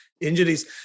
injuries